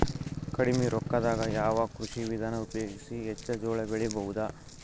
ಕಡಿಮಿ ರೊಕ್ಕದಾಗ ಯಾವ ಕೃಷಿ ವಿಧಾನ ಉಪಯೋಗಿಸಿ ಹೆಚ್ಚ ಜೋಳ ಬೆಳಿ ಬಹುದ?